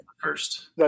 first